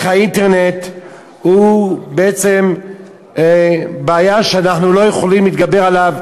האינטרנט הם בעיה שאנחנו לא יכולים להתגבר עליה,